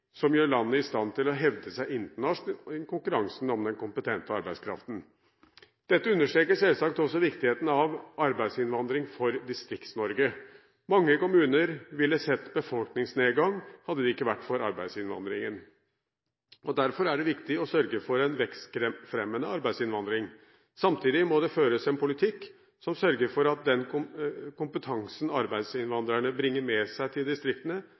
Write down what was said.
som gjør landet i stand til å hevde seg internasjonalt i konkurransen om den kompetente arbeidskraften. Dette understreker selvsagt også viktigheten av arbeidsinnvandring for Distrikts-Norge. Mange kommuner ville sett befolkningsnedgang hadde det ikke vært for arbeidsinnvandringen. Derfor er det viktig å sørge for en vekstfremmende arbeidsinnvandring. Samtidig må det føres en politikk som sørger for at den kompetansen arbeidsinnvandrerne bringer med seg til distriktene,